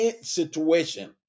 situation